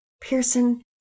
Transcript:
Pearson